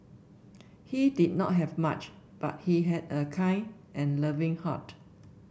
he did not have much but he had a kind and loving heart